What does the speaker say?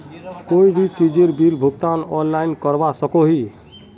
कोई भी चीजेर बिल भुगतान ऑनलाइन करवा सकोहो ही?